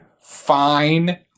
fine